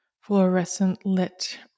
fluorescent-lit